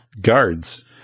guards